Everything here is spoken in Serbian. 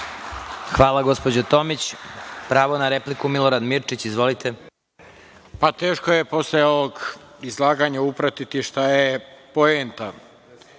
Hvala, gospođo Tomić. Pravo na repliku, Milorad Mirčić. Izvolite. **Milorad Mirčić** Teško je posle ovog izlaganja upratiti šta je poenta.